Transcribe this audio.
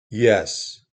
yes